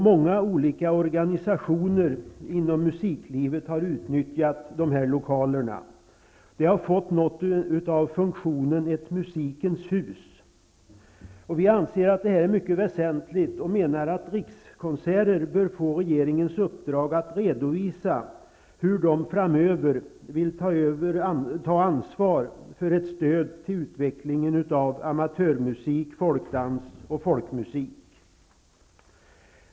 Många olika organisationer inom musiklivet har utnyttjat dessa lokaler. De har fått något av funktionen Ett musikens hus. Vi anser att detta är mycket väsentligt och menar att rikskonserter bör få regeringens uppdrag att redovisa hur de framöver vill ta ansvar för ett stöd till utvecklingen av amatörmusik, folkdans och folkmusik.